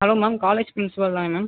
hello ma'am college principal தானே ma'am